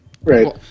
Right